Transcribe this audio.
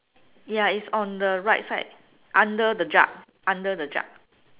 ya it's on the right side under the jug under the jug